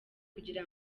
kugira